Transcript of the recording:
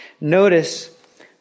Notice